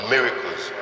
Miracles